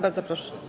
Bardzo proszę.